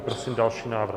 Prosím další návrh.